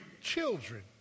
children